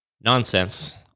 Nonsense